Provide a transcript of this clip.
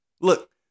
look